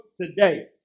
Today